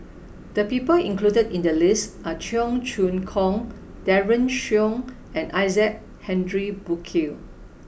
the people included in the list are Cheong Choong Kong Daren Shiau and Isaac Henry Burkill